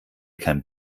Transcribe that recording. kein